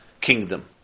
kingdom